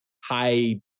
high